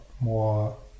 more